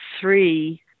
three